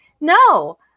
no